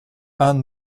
ann